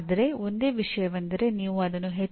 ಈಗ ಕಾರ್ಯಯೋಜನೆಗಳನ್ನು ನೋಡೋಣ